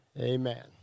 Amen